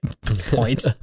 point